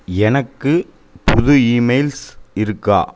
எனக்கு புது இமெயில்ஸ் இருக்கா